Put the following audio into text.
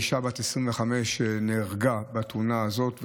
אישה בת 25 נהרגה בתאונה הזאת,